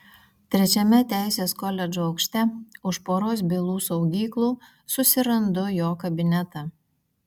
trečiame teisės koledžo aukšte už poros bylų saugyklų susirandu jo kabinetą